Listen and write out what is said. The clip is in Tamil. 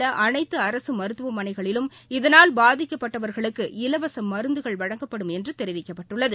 உள்ளஅனைத்துஅரசுமருத்துவமனைகளிலும் இதன்படிநாட்டில் இதனால் பாதிக்கப்பட்டவர்களுக்கு இலவசமருந்துகள் வழங்கப்படும் என்றுதெிவிக்கப்பட்டுள்ளது